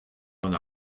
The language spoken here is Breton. gant